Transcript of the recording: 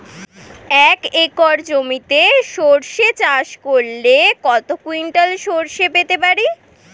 এক একর জমিতে সর্ষে চাষ করলে কত কুইন্টাল সরষে পেতে পারি?